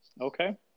okay